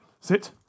sit